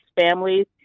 families